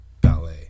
ballet